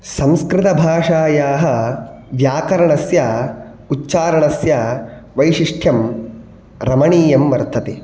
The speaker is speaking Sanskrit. संस्कृतभाषायाः व्याकरणस्य उच्चारणस्य वैशिष्ट्यं रमणीयं वर्तते